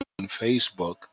Facebook